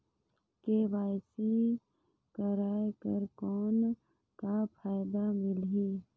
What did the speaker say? KYC कराय कर कौन का फायदा मिलही?